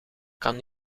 kan